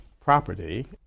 property